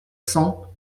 cents